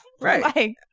right